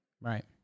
Right